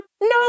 No